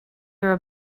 were